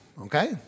Okay